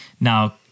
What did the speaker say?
now